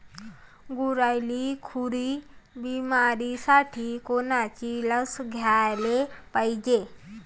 गुरांइले खुरी बिमारीसाठी कोनची लस द्याले पायजे?